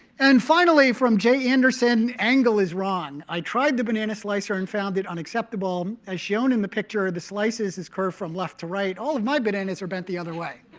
and finally, from j. anderson, angle is wrong. i tried the banana slicer and found it unacceptable. as shown in the picture, the slices is curved from left to right. all of my bananas are bent the other way.